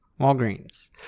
Walgreens